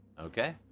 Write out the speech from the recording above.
okay